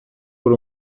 por